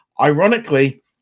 Ironically